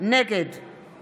נגד צחי הנגבי,